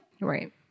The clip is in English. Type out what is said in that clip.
Right